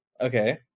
Okay